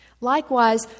Likewise